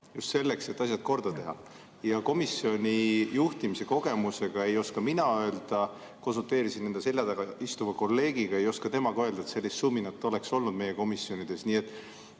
just selleks, et asjad korda teha. Ja komisjoni juhtimise kogemusega ei oska mina öelda, ja ma konsulteerisin enda selja taga istuva kolleegiga, ei oska tema ka öelda, et sellist suminat oleks olnud meie komisjonides.